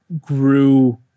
grew